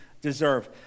deserve